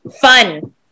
fun